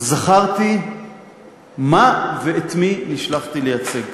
זכרתי מה ואת מי נשלחתי לייצג כאן: